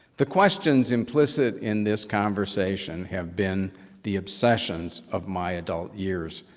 the questions, implicit in this conversation have been the obsessions of my adult years.